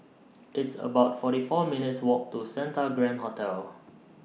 It's about forty four minutes' Walk to Santa Grand Hotel